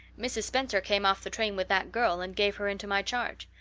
mrs. spencer came off the train with that girl and gave her into my charge.